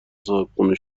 صاحبخونه